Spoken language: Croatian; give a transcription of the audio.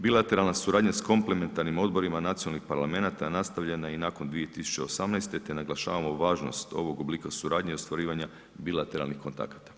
Bilateralna suradnja sa komplemenatarnim odborima nacionalnih parlamenata nastavljena je i nakon 2018. te naglašavamo važnost ovog oblika suradnje i ostvarivanja bilateralnih kontakata.